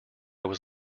was